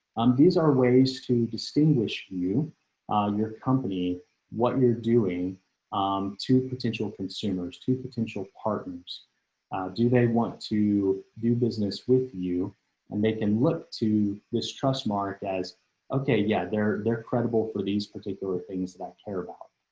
um, these are ways to distinguish you on your company what you're doing. kevin christopher um to potential consumers to potential partners do they want to do business with you and they can look to this trust mark as okay yeah they're they're credible for these particular things that care about